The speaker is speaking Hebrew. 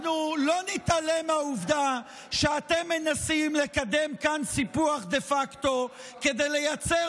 אנחנו לא נתעלם מהעובדה שאתם מנסים לקדם כאן סיפוח דה פקטו כדי לייצר